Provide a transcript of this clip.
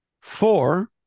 Four